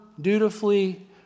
dutifully